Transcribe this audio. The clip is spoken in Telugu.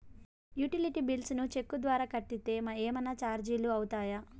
యుటిలిటీ బిల్స్ ను చెక్కు ద్వారా కట్టితే ఏమన్నా చార్జీలు అవుతాయా?